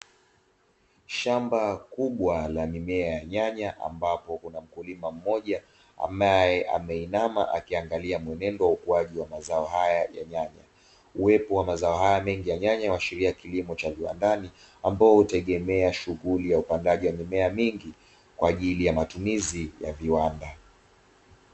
Shamba kubwa la mimea ya nyanya ambapo kuna mkulima mmoja ambaye ameinama akiangalia mwenendo wa ukuaji mazao haya ya nyanya. Uwepo wa mazao haya mengi ya nyanya huashiria kilimo cha viwandani ambao hutegemea shughuli ya upandaji wa mimea mingi kwa ajili ya matumizi ya viwanda.